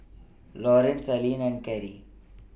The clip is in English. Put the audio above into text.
Laurance Alline and Kerri